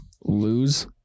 Lose